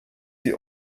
die